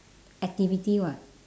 activity [what]